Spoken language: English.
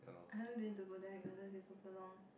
I don't dare to go there the garden is super long